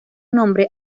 nombre